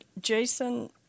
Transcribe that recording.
jason